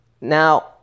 Now